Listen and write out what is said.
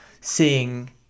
seeing